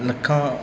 ਲੱਖਾਂ